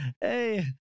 Hey